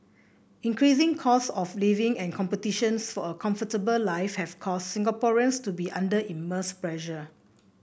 increasing costs of living and competitions for a comfortable life have caused Singaporeans to be under immense pressure